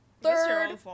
Third